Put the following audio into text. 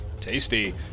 Tasty